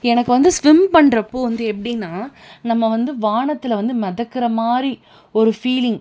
எனக்கு வந்து ஸ்விம் பண்ணுறப்போ வந்து எப்படின்னா நம்ம வந்து வானத்தில் வந்து மிதக்குற மாதிரி ஒரு ஃபீலிங்